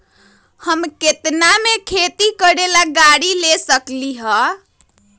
हम केतना में खेती करेला गाड़ी ले सकींले?